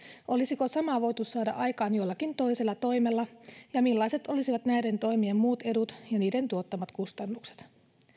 olisiko sama voitu saada aikaan jollakin toisella toimella ja millaiset olisivat näiden toimien muut edut ja niiden tuottamat kustannukset